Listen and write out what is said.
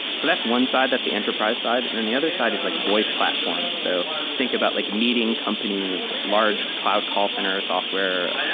so that's one side. that's the enterprise side. and then the other side is like voice platforms. so think about like meeting company, large cloud call center software,